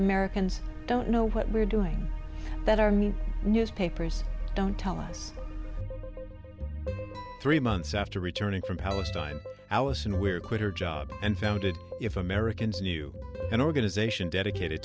americans don't know what we're doing that are mean newspapers don't tell us three months after returning from palestine and we're quit her job and founded if americans knew an organization dedicated